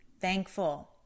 thankful